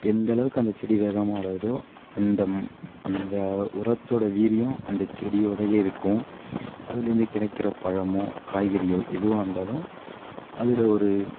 எந்த அளவுக்கு அந்த செடி வேகமாக வளருதோ அந்த அந்த உரத்தோட வீரியம் அந்த செடியோடயே இருக்கும் அதுலேருந்து கிடைக்குற பழமோ காய்கறியோ எதுவாக இருந்தாலும் அதில் ஒரு